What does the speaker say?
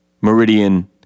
meridian